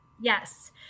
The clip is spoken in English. Yes